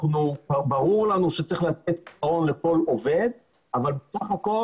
ברור לנו שצריך לתת פתרון לכל עובד אבל בסך הכול